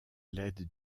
l’aide